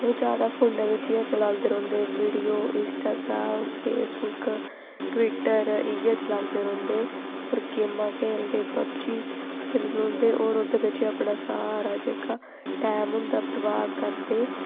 ते जैदा फोन बिच्च गै चलांदे रौंह्दे वीडियो इंस्टाग्राम फैसबुक ट्वीटर इ'यै चलांदे रौंह्दे ते गेमां खेलदे पबजी खेलदे होर ओह्दे बिच्च अपना सारा जेह्का टैम होंदा बर्बाद करदे